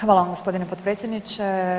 Hvala vam gospodine potpredsjedniče.